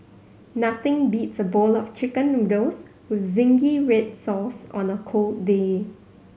nothing beats a bowl of Chicken Noodles with zingy red sauce on a cold day